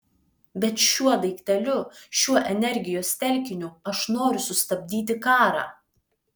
bet šiuo daikteliu šiuo energijos telkiniu aš noriu sustabdyti karą